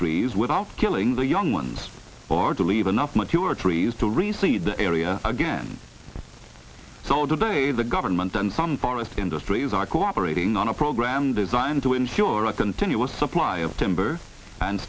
trees without killing the young ones or to leave enough mature trees to reseed the area again so today the government and some forest industries are cooperating on a program designed to ensure a continuous supply of timber and